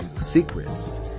secrets